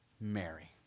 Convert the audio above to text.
Mary